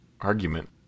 argument